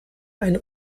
eine